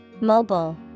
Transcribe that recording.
Mobile